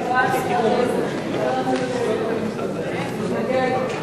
חבר הכנסת לוין מתנגד.